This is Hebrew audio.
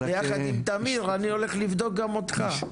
ביחד עם תמיר אני הולך לבדוק גם אותך.